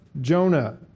Jonah